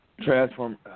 Transform